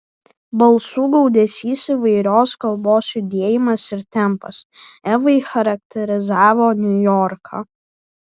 balsų gaudesys įvairios kalbos judėjimas ir tempas evai charakterizavo niujorką